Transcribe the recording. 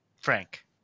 Frank